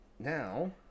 Now